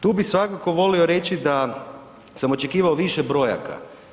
Tu bih svakako volio reći da sam očekivao više brojaka.